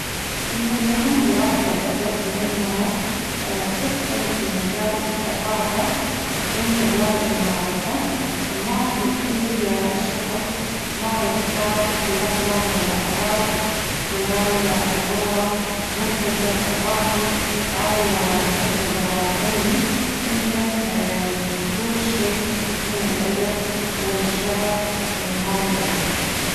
من المهم دراسة الأدب لأنها تدخل في مجال الثقافة وفي مجال المعرفة، ما في أي شخص ما يحتاج في لحظة من اللحظات خلال حضوره منتدى ثقافي أو منتدى علمي إنه يقول شي من الأدب والشعر وهاي الأمور.